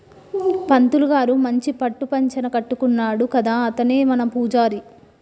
పంతులు గారు మంచి పట్టు పంచన కట్టుకున్నాడు కదా అతనే మన పూజారి